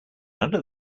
under